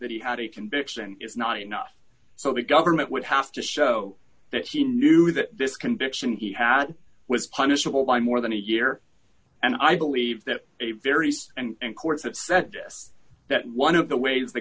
that he had a conviction is not enough so the government would have to show that she knew that this conviction he had was punishable by more than a year and i believe that a very small and courts have said this that one of the ways the